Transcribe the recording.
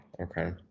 Okay